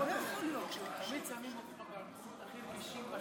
תמיד שמים אותך במקומות הכי רגישים,